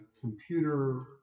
computer